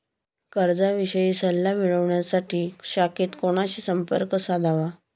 कर्जाविषयी सल्ला मिळवण्यासाठी शाखेत कोणाशी संपर्क साधावा?